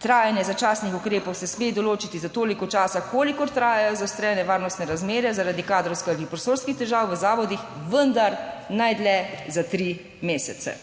trajanje začasnih ukrepov se sme določiti za toliko časa, kolikor trajajo zaostrene varnostne razmere, zaradi kadrovskih ali prostorskih težav v zavodih, vendar najdlje za tri mesece.